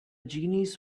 genies